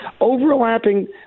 overlapping